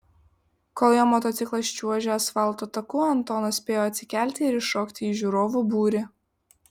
kol jo motociklas čiuožė asfalto taku antonas spėjo atsikelti ir įšokti į žiūrovų būrį